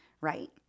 right